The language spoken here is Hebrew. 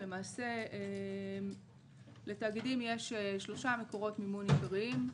למעשה לתאגידים יש שלושה מקורות מימון עיקריים.